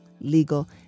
Legal